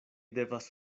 devas